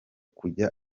kujya